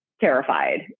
terrified